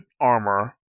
armor